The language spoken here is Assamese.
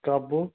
স্কাৰ্পবোৰ